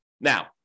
Now